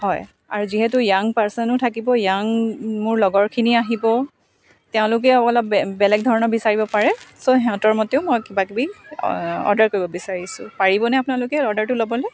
হয় আৰু যিহেতু য়াং পাৰ্চনো থাকিব য়াং মোৰ লগৰখিনি আহিব তেওঁলোকে অলপ বে বেলেগ ধৰণৰ বিচাৰিব পাৰে ছ' সিহঁতৰ মতেও মই কিবাকিবি অৰ্ডাৰ কৰিব বিচাৰিছোঁ পাৰিবনে আপোনালোকে অৰ্ডাৰটো ল'বলৈ